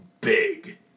big